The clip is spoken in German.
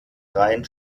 rein